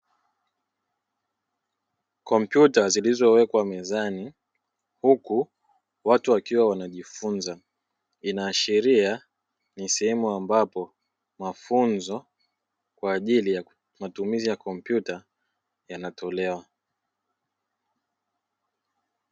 Kompyuta zilizowekwa mezani huku watu wakiwa wanajifunza inaashiria ni sehemu ambapo mafunzo kwa ajili ya matumizi ya kompyuta yanatolewa.